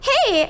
Hey